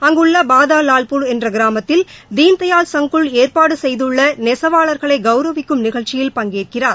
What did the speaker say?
அங்குள்ள பாதா வால்பூர் என்ற கிராமத்தில் தீன்தயாள் சங்குல் ஏற்பாடு செய்துள்ள நெசவாளர்களை கவுரவிக்கும் நிகழ்ச்சியில் பங்கேற்கிறார்